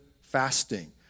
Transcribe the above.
fasting